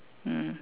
mm